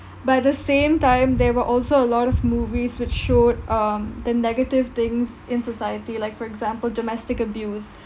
but at the same time there were also a lot of movies which showed um the negative things in society like for example domestic abuse